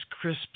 crisp